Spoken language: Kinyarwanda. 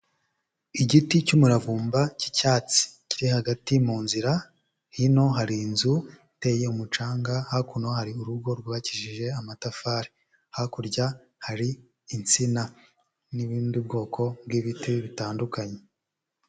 Igiti cy'umuravumba cy'icyatsi kiri hagati mu nzira, hino hari inzu iteye umucanga, hakuno hari urugo rwubakishije amatafari, hakurya hari insina n'ibundi bwoko bw'ibiti bitandukanye.